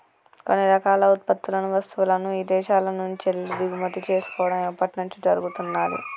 కొన్ని రకాల ఉత్పత్తులను, వస్తువులను ఇదేశాల నుంచెల్లి దిగుమతి చేసుకోడం ఎప్పట్నుంచో జరుగుతున్నాది